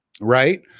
right